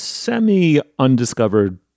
semi-undiscovered